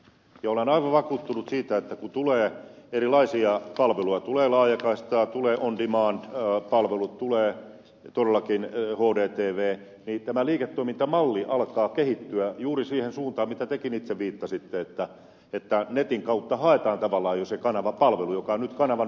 olen aivan vakuuttunut siitä että kun tulee erilaisia palveluja tulee laajakaistaa tulee on demand palvelut tulee todellakin hdtv niin tämä liiketoimintamalli alkaa kehittyä juuri siihen suuntaan mihin te itsekin viittasitte että netin kautta haetaan tavallaan jo se kanavapalvelu joka on nyt kanavan muodossa